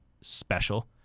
special